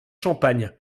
champagne